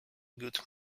good